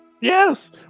Yes